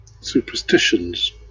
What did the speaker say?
superstitions